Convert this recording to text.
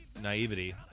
naivety